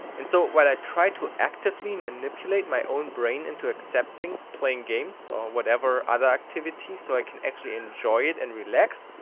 and so while i try to actively manipulate my own brain into accepting playing games, or whatever other activity, so i can actually enjoy it and relax,